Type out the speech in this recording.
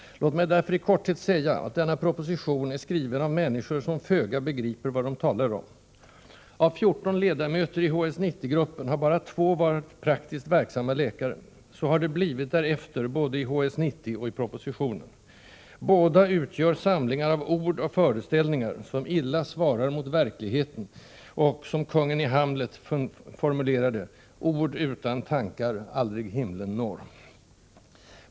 Låt mig därför i korthet säga att denna proposition är skriven av människor som föga begriper vad de talar om. Av 14 ledamöter i HS 90-gruppen har bara två varit praktiskt verksamma läkare. Så har det blivit därefter, både i HS 90 och i propositionen. Båda utgör samlingar av ord och föreställningar som illa svarar mot verkligheten, och — som kungen i Hamlet formulerar det: ”Ord utan tankar aldrig himlen når”.